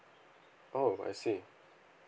oh I see